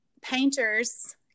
painters